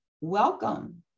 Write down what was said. welcome